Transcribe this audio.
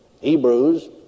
Hebrews